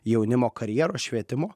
jaunimo karjeros švietimo